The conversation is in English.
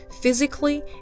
physically